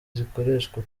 zikoreshwa